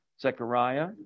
Zechariah